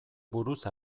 buruz